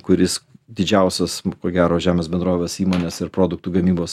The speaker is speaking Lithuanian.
kuris didžiausios ko gero žemės bendrovės įmonės ir produktų gamybos